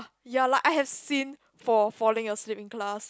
ya like I had seen for falling a sleep in class